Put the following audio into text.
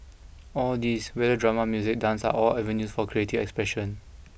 all these whether drama music dance are all avenues for creative expression